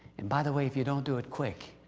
and by the way, if you don't do it quick,